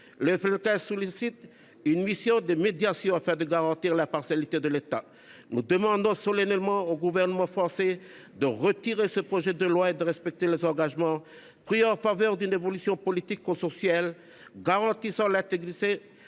Le FLNKS sollicite une mission de médiation afin de garantir l’impartialité de l’État. En outre, nous demandons solennellement au Gouvernement français de retirer ce projet de loi et de respecter les engagements pris en faveur d’une évolution politique consensuelle, garantissant l’intégrité